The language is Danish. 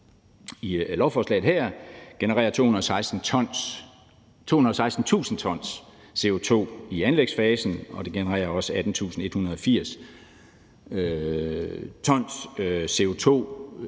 i lovforslaget her, genererer 216.000 t CO2 i anlægsfasen, og de genererer også en stigning